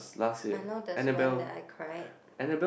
I know there's one that I cried